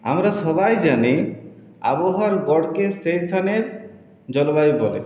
আমরা সবাই জানি আবহাওয়ার গড়কে সেই স্থানের জলবায়ু বলে